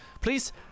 Please